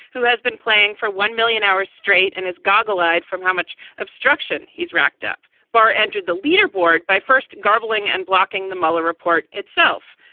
who has been playing for one million hours straight and his goggle eyed from how much obstruction he's racked up. barr entered the leaderboard by first garbling and blocking the mueller report itself,